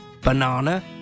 banana